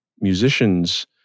musicians